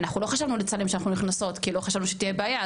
אנחנו לא חשבנו לצלם כשאנחנו נכנסות כי לא חשבנו שתהיה בעיה.